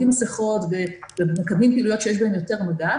מסיכות ומקדמים פעילויות שיש בהן יותר מגע,